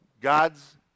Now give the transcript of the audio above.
God's